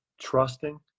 trusting